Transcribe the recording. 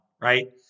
right